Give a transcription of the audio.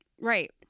right